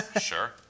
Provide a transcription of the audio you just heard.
Sure